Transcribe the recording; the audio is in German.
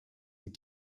sie